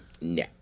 No